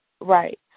Right